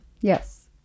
Yes